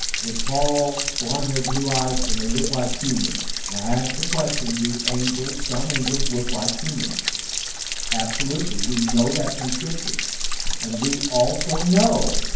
they're tall blond haired blue-eyed and they look like humans. now. i asked the question do angels. some angels look like humans absolutely, we know that from scriptures and we also know